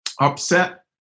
upset